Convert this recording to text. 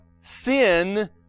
sin